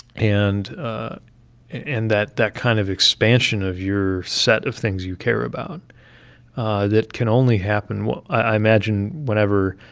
and and that that kind of expansion of your set of things you care about that can only happen i imagine whenever